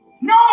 no